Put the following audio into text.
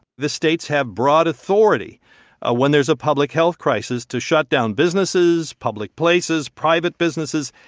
the states have broad authority ah when there's a public health crisis to shut down businesses, public places, private businesses,